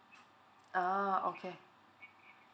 uh okay